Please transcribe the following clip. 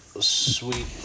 sweet